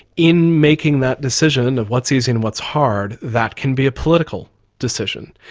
in making that decision of what's easy and what's hard, that can be a political decision.